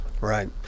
Right